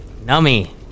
nummy